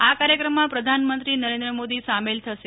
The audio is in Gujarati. આ કાર્યક્રમમાં પ્રધાનમંત્રી નરેન્દ્ર મોદી સામેલ થશે